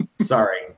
Sorry